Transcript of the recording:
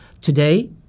Today